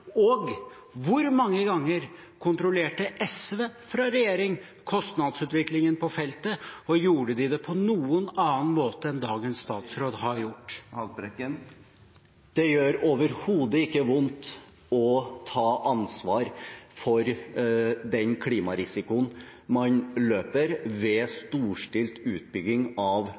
Og hvor mange ganger kontrollerte SV fra regjering kostnadsutviklingen på feltet? Gjorde de det på noen annen måte enn dagens statsråd har gjort? Det gjør overhodet ikke vondt å ta ansvar for den klimarisikoen man løper ved storstilt utbygging av